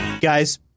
Guys